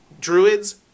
Druids